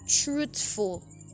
truthful